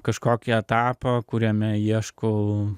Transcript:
kažkokį etapą kuriame ieškau